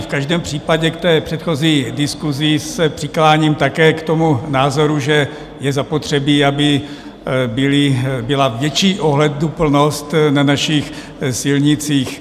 V každém případě k té předchozí diskusi se přikláním také k tomu názoru, že je zapotřebí, aby byla větší ohleduplnost na našich silnicích.